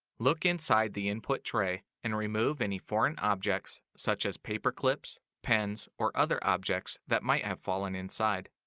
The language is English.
look inside the input tray and remove any foreign objects such as paper clips, pens, or other objects that might have fallen inside.